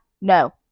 No